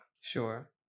Sure